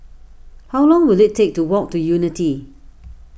how long will it take to walk to Unity